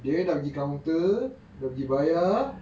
dia dah pergi counter dah pergi bayar